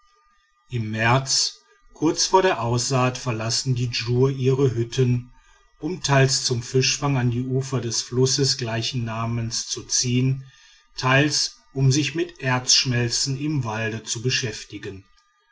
im märz kurz vor der aussaat verlassen die djur ihre hütten um teils zum fischfang an die ufer des flusses gleichen namens zu ziehen teils um sich mit erzschmelzen im walde zu beschäftigen